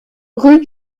rue